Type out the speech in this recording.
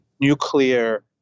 nuclear